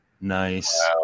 Nice